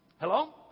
Hello